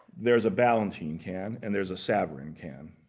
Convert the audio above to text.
there's a ballantine can and there's a savarin can.